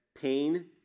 pain